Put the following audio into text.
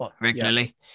regularly